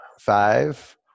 Five